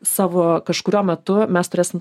savo kažkuriuo metu mes turėsim